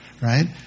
Right